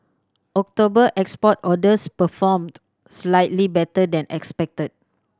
October export orders performed slightly better than expected